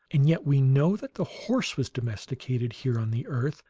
and yet we know that the horse was domesticated, here on the earth,